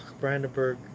Brandenburg